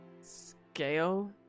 scale